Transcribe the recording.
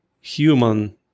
human